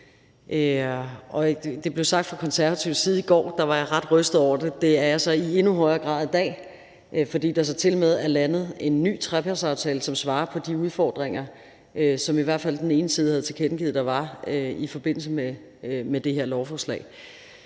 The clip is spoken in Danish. Det blev sagt fra konservativ side i går; der var jeg ret rystet over det, og det er jeg så i endnu højere grad i dag, fordi der så tilmed er landet en ny trepartsaftale, som svarer på de udfordringer, som i hvert fald den ene side havde tilkendegivet der var i forbindelse med det her lovforslag.